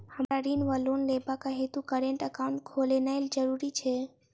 हमरा ऋण वा लोन लेबाक हेतु करेन्ट एकाउंट खोलेनैय जरूरी छै?